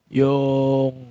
yung